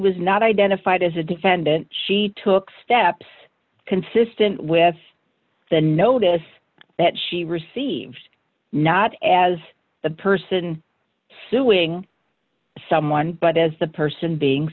was not identified as a defendant she took steps consistent with the notice that she received not as the person suing someone but as the person being